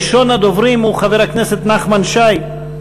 ראשון הדוברים הוא חבר הכנסת נחמן שי.